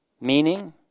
meaning